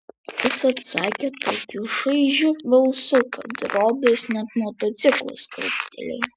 jis atsakė tokiu šaižiu balsu kad rodos net motociklas krūptelėjo